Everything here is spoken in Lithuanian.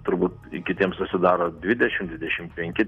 turbūt ir kitiems susidaro dvidešim dvidešimt penki